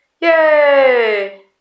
Yay